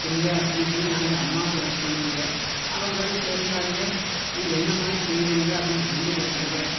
கொடுங்க அப்படின்னு சொல்லி நாங்கள் அம்மாவுக்கு ஹெல்ப் பண்ணுவேன்ங்க அவங்களும் சரிங்க அதை நீங்கள் என்ன மாதிரி செய்கிறீங்களோ அதை நான் செஞ்சு கொடுக்குறேங்க